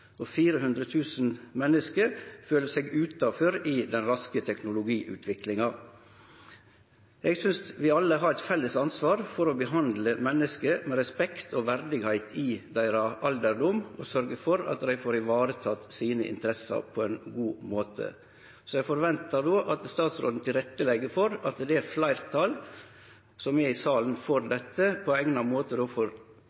og 400 000 menneske føler seg utanfor i den raske teknologiutviklinga. Eg synest vi alle har eit felles ansvar for å behandle menneske med respekt og verdigheit i alderdomen deira og sørgje for at dei får ivareteke interessene sine på ein god måte. Eg ventar då at statsråden legg til rette for at vi får dette på eigna måte, slik at fleirtalet som er i denne salen, får